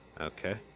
okay